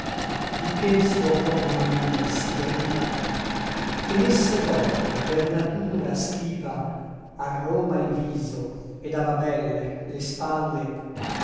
di che l suo proprio nome si deriva tenesse vòlto per natura schiva a roma il viso et a babel le spalle